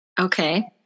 Okay